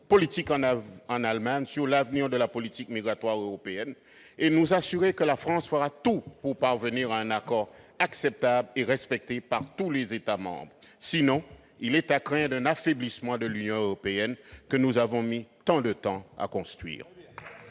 politique en Allemagne et sur l'avenir de la politique migratoire européenne ? Pouvez-vous nous assurer que la France fera tout pour parvenir à un accord acceptable et respecté par tous les États membres ? Sinon, il est à craindre un affaiblissement de l'Union européenne, que nous avons mis tant de temps à construire.